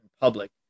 public